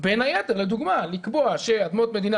ובין היתר לדוגמה לקבוע שאדמות מדינה